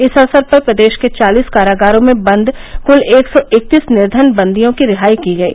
इस अवसर पर प्रदेश के चालीस कारागारों में बन्द कुल एक सौ इकतीस निर्धन बन्दियों की रिहाई की गयी